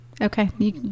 Okay